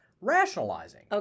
rationalizing